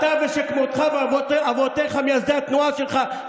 תשלחו את הבנים שלכם לצבא.